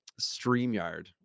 StreamYard